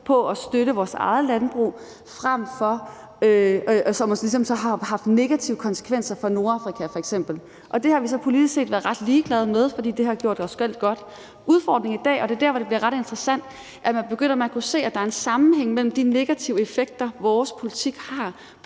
på at støtte vores eget landbrug, hvilket måske så ligesom har haft negative konsekvenser for f.eks. Nordafrika. Det har vi så politisk set været ret ligeglade med, fordi det har gjort os selv godt. Udfordringen i dag – og det er der, hvor det bliver ret interessant – er, at man begynder at kunne se, at der er en sammenhæng mellem de negative effekter, vores politik har,